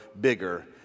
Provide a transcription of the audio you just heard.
bigger